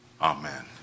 Amen